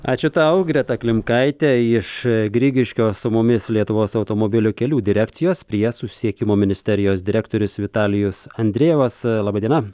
ačiū tau greta klimkaitė iš grigiškio su mumis lietuvos automobilių kelių direkcijos prie susisiekimo ministerijos direktorius vitalijus andrejevas laba diena